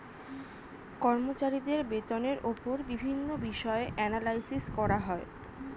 কর্মচারীদের বেতনের উপর বিভিন্ন বিষয়ে অ্যানালাইসিস করা হয়